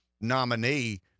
nominee